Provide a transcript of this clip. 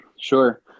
Sure